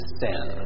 sin